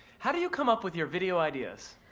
how do you come up with your video ideas?